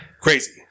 Crazy